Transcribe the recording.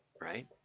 right